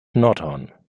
nordhorn